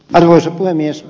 arvoisa puhemies